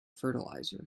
fertilizer